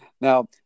Now